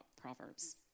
Proverbs